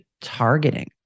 targeting